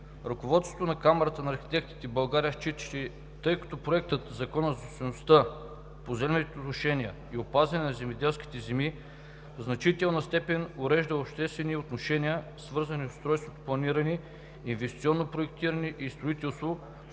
ръководството на Камарата на архитектите в България счита, че тъй като Проектът на Закон за собствеността в поземлените отношения и опазване на земеделските земи в значителна степен урежда обществените отношения, свързани с устройственото планиране, инвестиционното проектиране и строителството